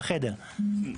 בחדר.